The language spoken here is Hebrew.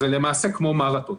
זה למעשה כמו מרתון.